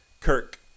Kirk